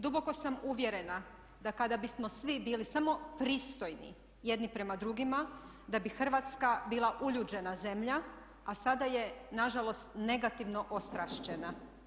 Duboko sam uvjerena da kada bismo svi bili samo pristojni jedni prema drugima, da bi Hrvatska bila uljuđena zemlja, a sada je na žalost negativno ostrašćena.